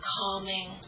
calming